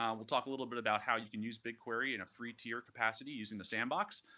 um we'll talk a little bit about how you can use bigquery in a free tier capacity using the sandbox,